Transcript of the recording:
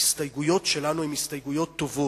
ההסתייגויות שלנו הן הסתייגויות טובות,